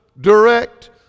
direct